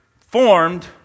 formed